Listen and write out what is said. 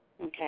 Okay